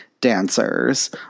dancers